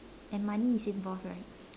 and money is involved right